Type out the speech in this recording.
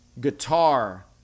guitar